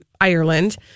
Ireland